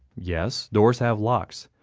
yes, doors have locks.